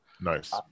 Nice